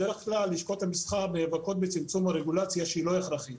בדרך כלל לשכות המסחר נאבקות בצמצום הרגולציה שלא הכרחית,